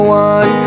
one